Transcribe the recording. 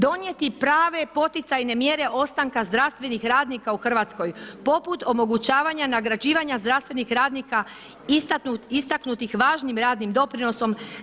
Donijeti prave poticajne mjere ostanka zdravstvenih radnika u Hrvatskoj, poput omogućavanja nagrađivanja zdravstvenih radnika istaknutih važnim radnim doprinosom.